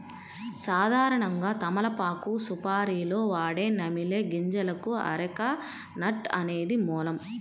సాధారణంగా తమలపాకు సుపారీలో వాడే నమిలే గింజలకు అరెక నట్ అనేది మూలం